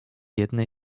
jednej